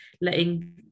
letting